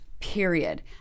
period